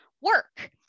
work